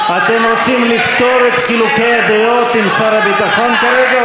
אתם רוצים לפתור את חילוקי הדעות עם שר הביטחון כרגע,